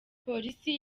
police